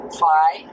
fly